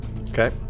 Okay